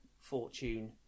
fortune